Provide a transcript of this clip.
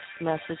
message